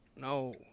No